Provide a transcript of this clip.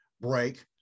break